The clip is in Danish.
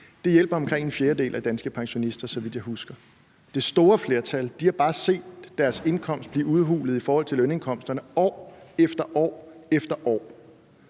Det hjælper omkring en fjerdedel af danske pensionister, så vidt jeg husker. Det store flertal har bare set deres indkomst blive udhulet i forhold til lønindkomsterne år efter år efter år,